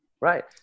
right